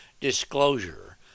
disclosure